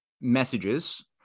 messages